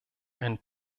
einen